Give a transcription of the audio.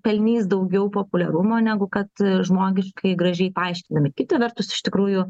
pelnys daugiau populiarumo negu kad žmogiškai gražiai paaiškinami kita vertus iš tikrųjų